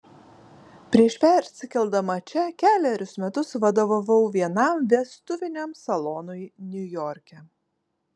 prieš persikeldama čia kelerius metus vadovavau vienam vestuviniam salonui niujorke